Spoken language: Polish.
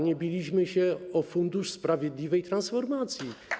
Nie biliśmy się o Fundusz na rzecz Sprawiedliwej Transformacji.